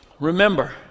Remember